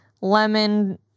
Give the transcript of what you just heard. lemon